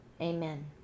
Amen